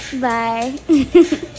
Bye